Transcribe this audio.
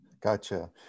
Gotcha